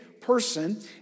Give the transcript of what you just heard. person